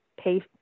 pay